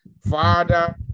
Father